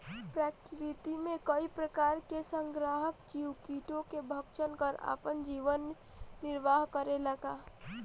प्रकृति मे कई प्रकार के संहारक जीव कीटो के भक्षन कर आपन जीवन निरवाह करेला का?